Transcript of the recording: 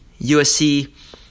USC